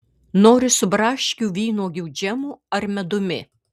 nori su braškių vynuogių džemu ar medumi